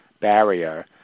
barrier